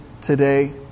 today